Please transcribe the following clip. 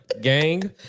gang